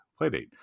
Playdate